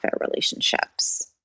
relationships